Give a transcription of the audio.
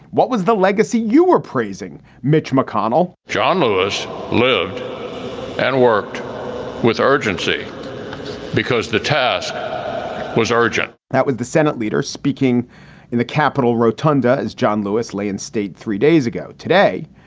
what was the legacy you were praising? mitch mcconnell? john lewis lived and worked with urgency because the task was urgent that was the senate leader speaking in the capitol rotunda. is john lewis lay in state? three days ago today,